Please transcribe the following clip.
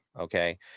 okay